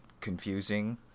confusing